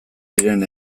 diren